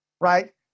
right